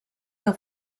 que